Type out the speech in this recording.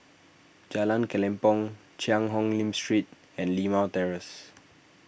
Jalan Kelempong Cheang Hong Lim Street and Limau Terrace